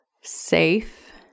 safe